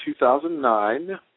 2009